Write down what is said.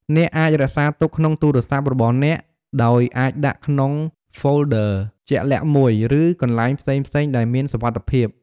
អ្នកអាចរក្សាទុកក្នុងទូរស័ព្ទរបស់អ្នក ដោយអាចដាក់ក្នុងហ្វូលឌឺរជាក់លាក់មួយ ឬកន្លែងផ្សេងៗដែលមានសុវត្ថិភាព។